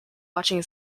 watching